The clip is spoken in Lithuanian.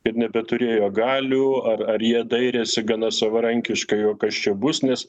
ir nebeturėjo galių ar ar jie dairėsi gana savarankiškai o kas čia bus nes